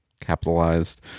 capitalized